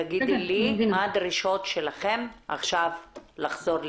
תגידי לי מה הדרישות שלכן עכשיו לחזור לתפקד.